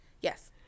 yes